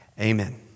amen